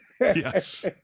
Yes